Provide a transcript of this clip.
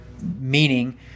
meaning